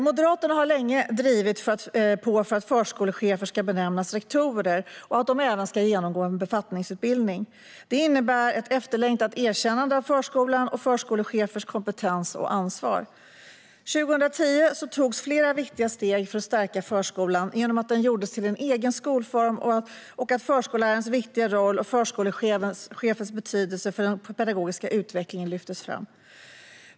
Moderaterna har länge drivit på för att förskolechefer ska benämnas rektorer och att de även ska genomgå en befattningsutbildning. Det innebär ett efterlängtat erkännande av förskolan och förskolechefers kompetens och ansvar. År 2010 togs flera viktiga steg för att stärka förskolan genom att den gjordes till en egen skolform och genom att förskollärarens viktiga roll och förskolechefens betydelse för den pedagogiska utvecklingen lyftes fram.